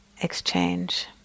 exchange